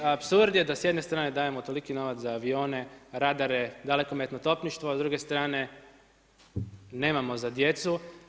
Apsurd je da s jedne strane dajemo toliki novac za avione, radare, dalekometno topništvo, a s druge strane nemamo za djecu.